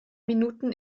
minuten